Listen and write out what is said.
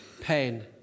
pain